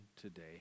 today